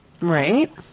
Right